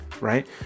Right